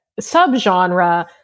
subgenre